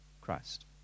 Christ